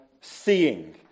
seeing